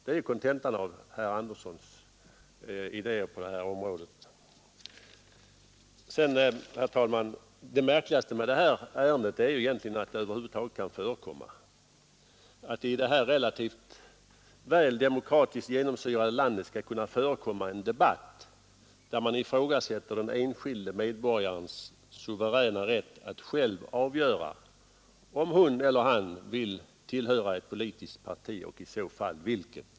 Det är kontentan av herr Anderssons idéer på det här området. Det märkligaste med det här ärendet är egentligen att det över huvud taget kan förekomma, att det i det här relativt väl demokratiskt genomsyrade landet kan förekomma en debatt, där man ifrågasätter den enskilde medborgarens suveräna rätt att själv avgöra, om hon eller han vill tillhöra ett politiskt parti och i så fall vilket.